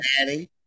daddy